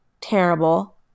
terrible